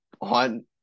on